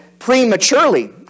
prematurely